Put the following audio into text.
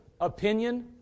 opinion